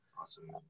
Awesome